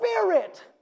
spirit